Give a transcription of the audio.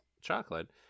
chocolate